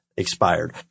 Expired